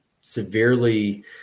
severely